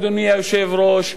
אדוני היושב-ראש,